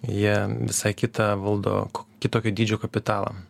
jie visai kitą valdo kitokio dydžio kapitalą